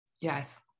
Yes